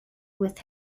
with